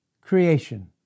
creation